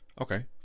okay